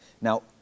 now